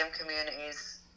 communities